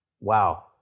Wow